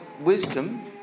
wisdom